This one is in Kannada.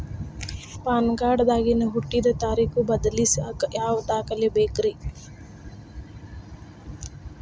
ಪ್ಯಾನ್ ಕಾರ್ಡ್ ದಾಗಿನ ಹುಟ್ಟಿದ ತಾರೇಖು ಬದಲಿಸಾಕ್ ಯಾವ ದಾಖಲೆ ಬೇಕ್ರಿ?